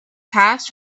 passed